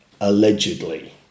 allegedly